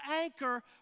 anchor